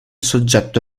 soggetto